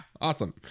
awesome